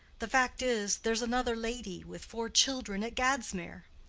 the fact is, there's another lady with four children at gadsmere.